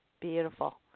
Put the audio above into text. Beautiful